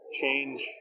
change